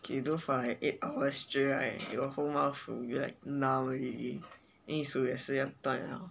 okay you do for like eight hours right your whole mouth will be like numb already then 你的手也是要断了